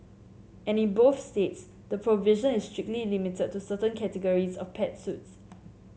and in both states the provision is strictly limited to certain categories of pet suits